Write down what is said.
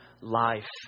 life